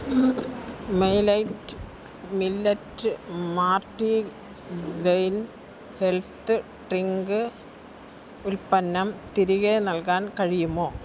മെലൈറ്റ് millet multigrain health drink ഉൽപ്പന്നം തിരികെ നൽകാൻ കഴിയുമോ